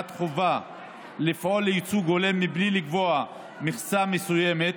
קרי קביעת חובה לפעול לייצוג הולם מבלי לקבוע מכסה מסוימת,